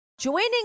Joining